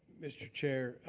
mr. chair,